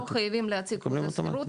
הם לא חייבים להציג חוזה שכירות,